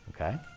okay